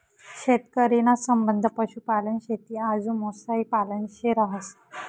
शेतकरी ना संबंध पशुपालन, शेती आजू मासोई पालन शे रहास